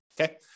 Okay